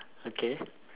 okay